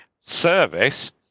service